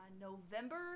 November